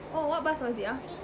oh what bus was it ah